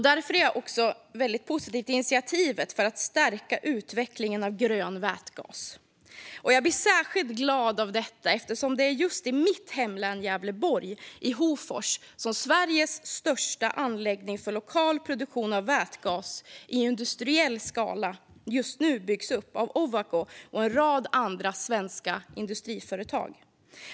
Därför är jag väldigt positiv till initiativet för att stärka utvecklingen av grön vätgas. Jag blir särskilt glad av detta eftersom det är just i mitt hemlän Gävleborg, i Hofors, som Sveriges största anläggning för lokal produktion av vätgas i industriell skala just nu byggs upp av Ovako och en rad andra svenska industriföretag.